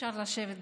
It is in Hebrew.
אי-אפשר לשבת בשקט.